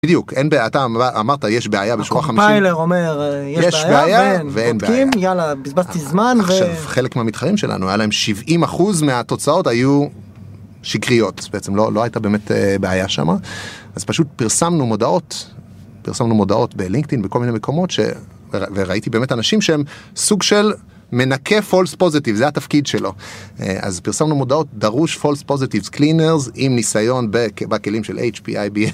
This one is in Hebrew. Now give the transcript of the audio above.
בדיוק, אין בעיה, אתה אמרת יש בעיה בשקולה חמישים, יש בעיה ואין בעיה, יאללה בזבזתי זמן, עכשיו חלק מהמתחרים שלנו, היה להם 70% מהתוצאות היו שקריות, בעצם לא הייתה באמת בעיה שמה, אז פשוט פרסמנו מודעות, פרסמנו מודעות בלינקדין, בכל מיני מקומות, וראיתי באמת אנשים שהם סוג של מנקה פולס פוזיטיב, זה התפקיד שלו, אז פרסמנו מודעות, דרוש פולס פוזיטיבס קלינרס, עם ניסיון בכלים של HP, IBM.